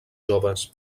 joves